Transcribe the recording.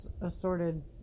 assorted